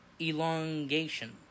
elongation